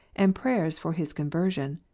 and prayers for his conversion.